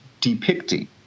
depicting